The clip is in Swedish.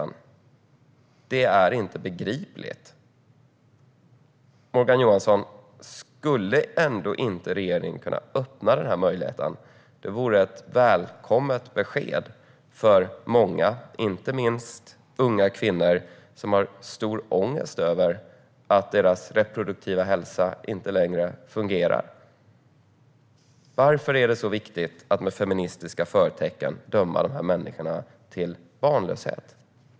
Det är inte begripligt. Morgan Johansson! Skulle ändå inte regeringen kunna öppna denna möjlighet? Det vore ett välkommet besked för många, inte minst unga kvinnor som har stark ångest över sin reproduktiva hälsa. Varför är det så viktigt att med feministiska förtecken döma de här människorna till barnlöshet?